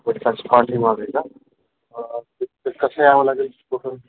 कोर्टाच्या पाठी मागे आहे का ते कसं यावं लागे तिथपर्यंत